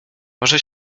może